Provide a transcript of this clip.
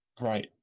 right